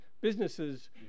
businesses